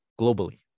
globally